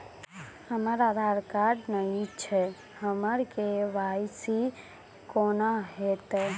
हमरा आधार कार्ड नई छै हमर के.वाई.सी कोना हैत?